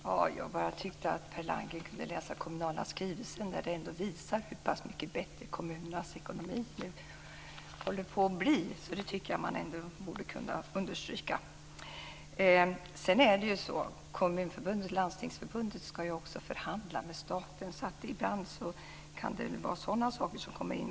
Fru talman! Jag tyckte bara att Per Landgren kunde läsa den kommunala skrivelsen där det ändå visas hur pass mycket bättre kommunernas ekonomi nu håller på att bli. Det tycker jag ändå att man borde kunna understryka. Sedan är det ju också så att Kommunförbundet och Landstingsförbundet ska förhandla med staten, så ibland kan det vara sådana saker som kommer in.